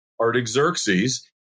Artaxerxes